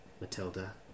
Matilda